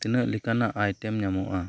ᱛᱤᱱᱟᱹᱜ ᱞᱮᱠᱟᱱᱟᱜ ᱟᱭᱴᱮᱢ ᱧᱟᱢᱚᱜᱼᱟ